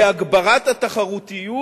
כי הגברת התחרותיות